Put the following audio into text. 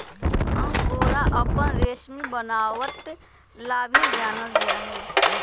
angora अपन रेशमी बनावट ला भी जानल जा हई